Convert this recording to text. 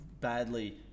badly